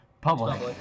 public